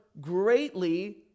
greatly